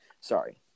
Sorry